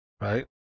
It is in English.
right